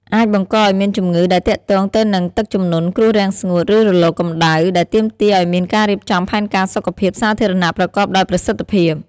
អាចបង្កឱ្យមានជំងឺដែលទាក់ទងទៅនឹងទឹកជំនន់ គ្រោះរាំងស្ងួត ឬរលកកម្តៅ ដែលទាមទារឱ្យមានការរៀបចំផែនការសុខភាពសាធារណៈប្រកបដោយប្រសិទ្ធភាព។